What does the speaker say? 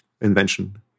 invention